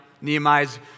Nehemiah's